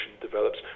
develops